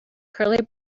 curly